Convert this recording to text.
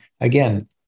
again